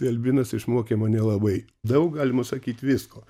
albinas išmokė mane labai daug galima sakyt visko